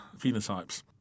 phenotypes